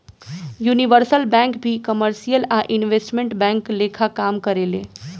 universal bank भी commercial आ investment bank लेखा काम करेले